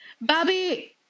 Bobby